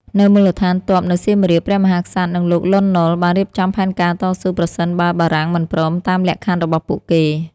នៅមូលដ្ឋានទ័ពនៅសៀមរាប ព្រះមហាក្សត្រ និងលោក លន់ ណុល បានរៀបចំផែនការតស៊ូ ប្រសិនបើបារាំងមិនព្រមតាមលក្ខខណ្ឌរបស់ពួកគេ។